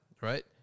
right